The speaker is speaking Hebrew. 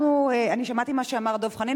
אני שמעתי מה שאמר דב חנין,